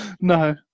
No